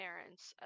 parents